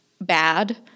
bad